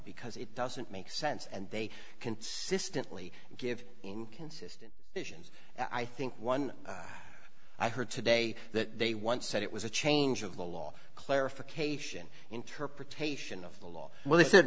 because it doesn't make sense and they consistently give inconsistent missions and i think one i heard today that they once said it was a change of the law clarification interpretation of the law when they said